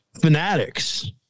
Fanatics